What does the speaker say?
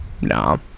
No